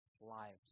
lives